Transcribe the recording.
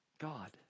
God